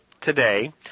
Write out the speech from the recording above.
today